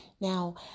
Now